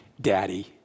Daddy